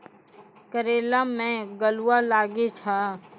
करेला मैं गलवा लागे छ?